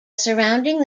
surrounding